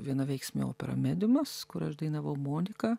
vienaveiksmė opera mediumas kur aš dainavau moniką